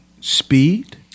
speed